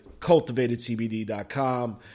cultivatedcbd.com